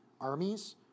armies